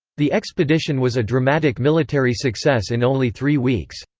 the expedition was a dramatic military success in only three weeks.